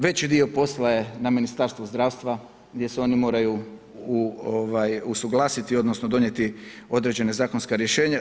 Veći dio posla je na Ministarstvu zdravstva gdje se oni moraju usuglasiti odnosno donijeti određena zakonska rješenja.